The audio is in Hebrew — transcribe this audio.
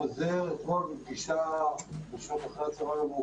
לפחות בתזמורות,